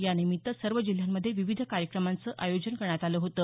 यानिमित्त सर्व जिल्ह्यांमध्ये विविध कार्यक्रमांचं आयोजन करण्यात आलं होतं